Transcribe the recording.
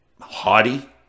haughty